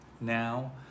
now